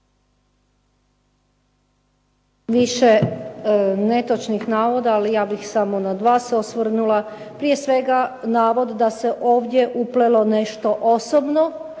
više netočnih navoda ali ja bih samo na dva se osvrnula. Prije svega, navod da se ovdje uplelo nešto osobno.